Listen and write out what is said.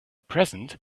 present